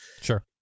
sure